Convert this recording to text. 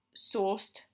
sourced